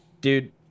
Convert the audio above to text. dude